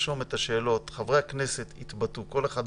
חברי הכנסת יתבטאו, כל אחד בתורו,